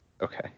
Okay